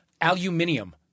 Aluminium